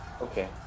Okay